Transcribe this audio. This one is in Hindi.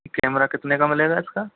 कैमरा कितने का मिलेगा इसका